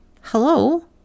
Hello